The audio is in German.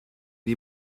die